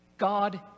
God